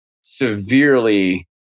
severely